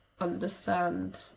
understand